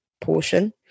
portion